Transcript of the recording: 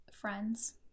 friends